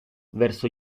verso